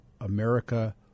America